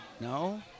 No